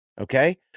Okay